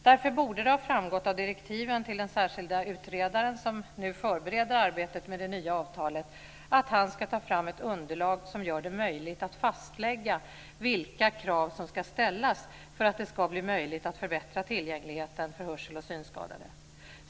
Därför borde det ha framgått av direktiven till den särskilde utredare som nu förbereder arbetet med det nya avtalet att han ska ta fram ett underlag som gör det möjligt att fastlägga vilka krav som ska ställas för att det ska bli möjligt att förbättra tillgängligheten för hörsel och synskadade.